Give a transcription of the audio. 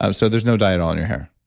um so, there's no dye at all in your hair?